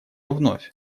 вновь